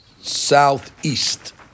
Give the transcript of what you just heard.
southeast